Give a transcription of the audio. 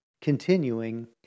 continuing